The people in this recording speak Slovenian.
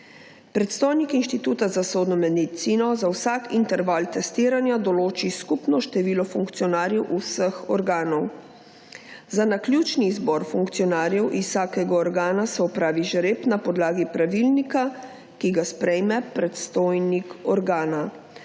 Predstojniki Inštituta za sodno medicino za vsak interval testiranja določi skupno število funkcionarjev vseh organov. Za naključni izbor funkcionarjev iz vsakega organa se opravi žreb na podlagi pravilnika, ki ga s prejme predstojnik organa.